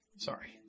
Sorry